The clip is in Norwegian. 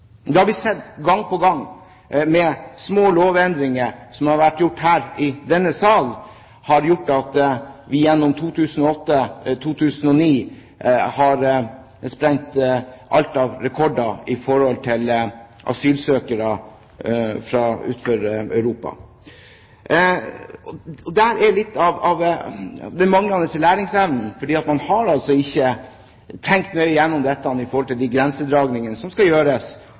har vi sett gang på gang. Små lovendringer som har vært gjort her i denne salen, har gjort at vi gjennom 2008 og 2009 har sprengt alle rekorder når det gjelder asylsøkere fra utenfor Europa. Der ligger litt av den manglende læringsevnen, for man har altså ikke tenkt nøye gjennom dette med hensyn til de grensedragningene som skal gjøres